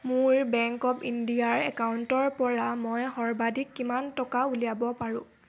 মোৰ bank of ইণ্ডিয়াৰ একাউণ্টৰ পৰা মই সৰ্বাধিক কিমান টকা উলিয়াব পাৰোঁ